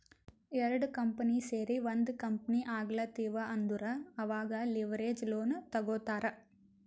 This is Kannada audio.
ಎರಡು ಕಂಪನಿ ಸೇರಿ ಒಂದ್ ಕಂಪನಿ ಆಗ್ಲತಿವ್ ಅಂದುರ್ ಅವಾಗ್ ಲಿವರೇಜ್ ಲೋನ್ ತಗೋತ್ತಾರ್